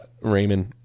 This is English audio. Raymond